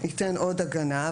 שייתן עוד הגנה,